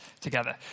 together